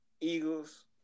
Eagles